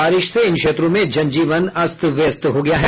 बारिश से इन क्षेत्रों में जनजीवन अस्त व्यस्त हो गया है